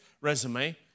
resume